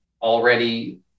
already